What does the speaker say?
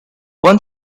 one